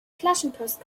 flaschenpost